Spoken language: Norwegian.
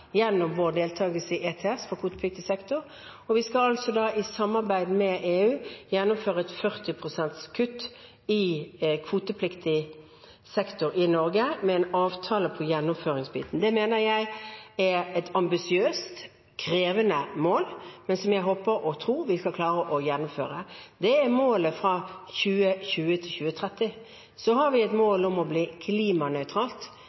og vi skal da i samarbeid med EU gjennomføre 40 pst. kutt i kvotepliktig sektor i Norge, med en avtale på gjennomføringsbiten. Det mener jeg er et ambisiøst og krevende mål, men som jeg håper og tror vi skal klare å gjennomføre. Det er målet fra 2020 til 2030. Så har vi et